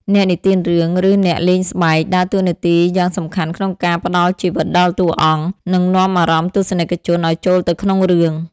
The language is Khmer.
អ្នកនិទានរឿង ឬ អ្នកលេងស្បែក ដើរតួនាទីយ៉ាងសំខាន់ក្នុងការផ្តល់ជីវិតដល់តួអង្គ និងនាំអារម្មណ៍ទស្សនិកជនឱ្យចូលទៅក្នុងរឿង។